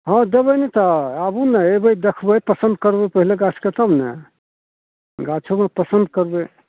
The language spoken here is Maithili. हँ देबै नहि तऽ आबू ने अएबै देखबै पसन्द करबै पहिले गाछके तब ने गाछोमे पसन्द करबै